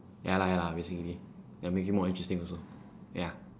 ya lah ya lah basically like make it more interesting also ya